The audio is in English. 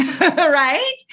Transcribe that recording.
right